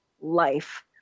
life